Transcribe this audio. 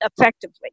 effectively